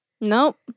nope